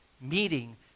meeting